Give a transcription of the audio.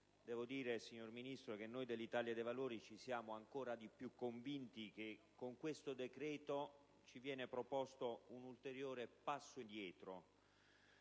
il ministro Calderoli - noi dell'Italia dei Valori siamo ancora più convinti che con questo decreto ci viene proposto un ulteriore passo indietro